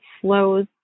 flows